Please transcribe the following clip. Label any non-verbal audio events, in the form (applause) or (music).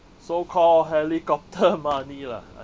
so call helicopter (laughs) money lah I